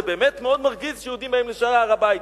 זה באמת מאוד מרגיז שיהודים באים לשערי הר-הבית.